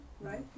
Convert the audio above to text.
right